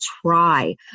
try